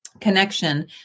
connection